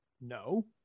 No